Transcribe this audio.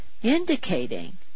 indicating